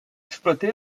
exploité